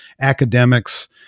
academics